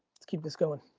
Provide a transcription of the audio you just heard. let's keep this going.